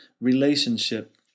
relationship